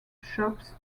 shops